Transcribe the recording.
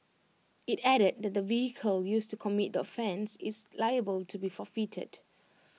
IT added that the vehicle used to commit the offence is liable to be forfeited